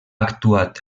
actuat